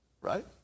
Right